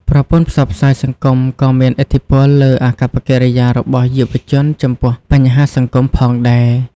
ប្រព័ន្ធផ្សព្វផ្សាយសង្គមក៏មានឥទ្ធិពលលើអាកប្បកិរិយារបស់យុវជនចំពោះបញ្ហាសង្គមផងដែរ។